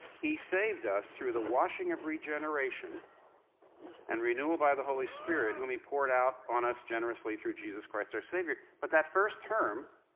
he saved us through the washing of regeneration and renewal by the holy spirit whom he poured out on us generously through jesus christ our savior. but that first term,